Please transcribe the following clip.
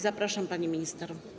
Zapraszam, pani minister.